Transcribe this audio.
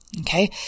okay